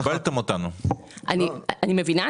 אני מבינה.